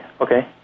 Okay